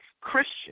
Christian